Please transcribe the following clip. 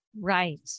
Right